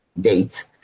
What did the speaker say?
dates